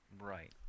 Right